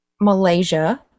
Malaysia